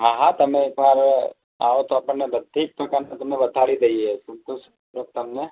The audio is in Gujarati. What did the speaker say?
હા હા તમે એકવાર આવો તો આપણને બધી જ પ્રકારના તમને બતાવી દઈએ તો તમને